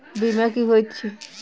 बीमा की होइत छी?